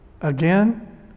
again